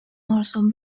also